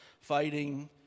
fighting